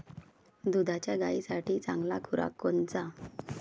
दुधाच्या गायीसाठी चांगला खुराक कोनचा?